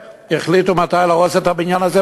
והחליטו מתי להרוס את הבניין הזה,